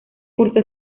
cursó